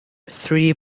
three